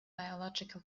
biological